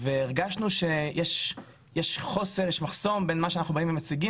והרגשנו שיש מחסום בין מה שאנחנו באים ומציגים